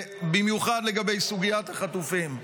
במיוחד לגבי סוגיית החטופים.